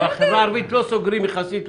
בחברה הערבית לא סוגרים יחסית,